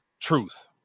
truth